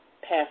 passed